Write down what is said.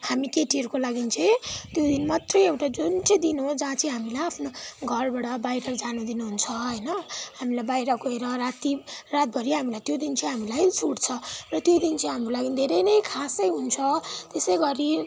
हामी केटीहरूको लागि चाहिँ त्यो दिन मात्रै एउटा जुन चाहिँ दिन हो जहाँ चाहिँ हामीलाई आफ्नो घरबाट बाहिर जानुदिनु हुन्छ होइन हामीलाई बाहिर गएर राति रातभरि हामीलाई त्यो दिन चाहिँ हामीलाई छुट छ र त्यो दिन हाम्रो लागि चाहिँ धेरै नै खासै हुन्छ त्यसै गरी